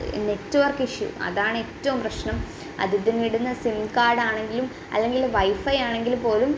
network issue അതാണേറ്റവും പ്രശ്നം അതിലിടുന്ന സിം കാർഡ് ആണെങ്കിലും അല്ലെങ്കിൽ വൈഫൈ ആണെങ്കിൽ പോലും